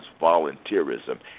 volunteerism